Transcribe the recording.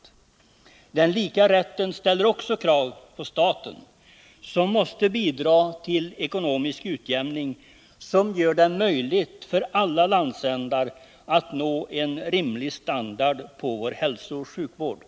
För att uppnå detta ställs stora krav också på staten, som måste bidra till en ekonomisk utjämning som gör det möjligt för alla landsändar att åstadkomma en rimlig standard på hälsooch sjukvården.